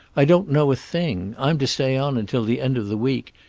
i don't know a thing. i'm to stay on until the end of the week,